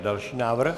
Další návrh.